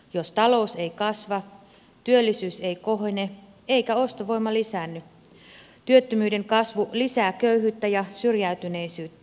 jos talous ei kasva työllisyys ei kohene eikä ostovoima lisäänny työttömyyden kasvu lisää köyhyyttä ja syrjäytyneisyyttä